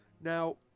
now